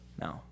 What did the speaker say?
No